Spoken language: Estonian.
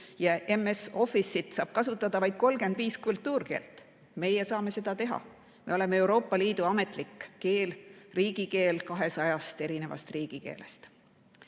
ja MS Office'it saab kasutada vaid 35 kultuurkeelt. Meie saame seda teha. Me oleme Euroopa Liidu ametlik keel, üks riigikeel 200 eri riigikeelest.